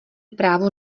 právo